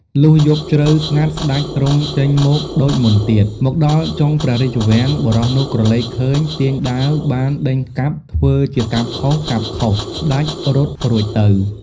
លុះយប់ជ្រៅស្ងាត់ស្តេចទ្រង់ចេញមកដូចមុនទៀត មកដល់ចុងព្រះរាជវាំង បុរសនោះក្រឡេកឃើញទាញដាវបានដេញកាប់ ធ្វើជាកាប់ខុសៗស្តេចរត់រួចទៅ ។